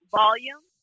volume